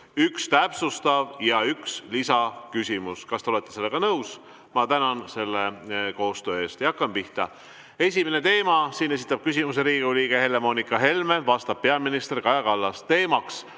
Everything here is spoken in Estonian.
üks täpsustav ja üks lisaküsimus. Kas te olete sellega nõus? Ma tänan selle koostöö eest ja hakkame pihta. Esimesel teemal esitab küsimuse Riigikogu liige Helle-Moonika Helme, vastab peaminister Kaja Kallas, teema